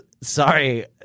sorry